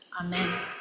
Amen